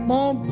Mom